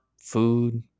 food